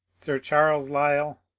sir charles lyell,